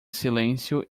silêncio